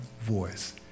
voice